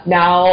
now